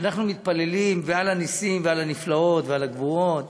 אנחנו מתפללים: ועל הנסים ועל הנפלאות ועל הגבורות